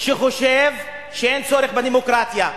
שחושבים שאין צורך בדמוקרטיה,